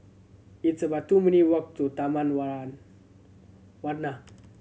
it's about two minute walk to Taman Warna